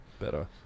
better